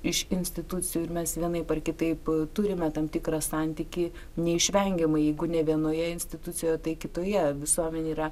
iš institucijų ir mes vienaip ar kitaip turime tam tikrą santykį neišvengiamai jeigu ne vienoje institucijoje tai kitoje visuomenė yra